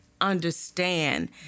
understand